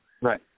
Right